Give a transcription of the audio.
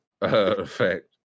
effect